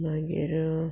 मागीर